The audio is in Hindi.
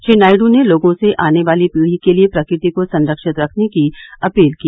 श्री नायडू ने लोगों से आने वाली पीढ़ी के लिए प्रकृति को संरक्षित रखने की अपील की